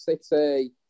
City